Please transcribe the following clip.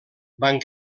van